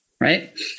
right